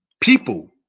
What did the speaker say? people